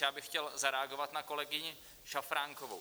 Já bych chtěl zareagovat na kolegyni Šafránkovou.